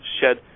shed